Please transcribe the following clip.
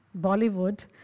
Bollywood